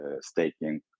staking